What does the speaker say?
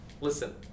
listen